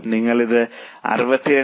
നിങ്ങൾക്ക് ഇത് 62